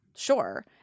Sure